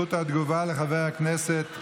זכות התגובה, לחבר הכנסת ליברמן.